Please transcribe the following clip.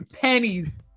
pennies